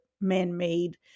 man-made